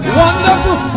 wonderful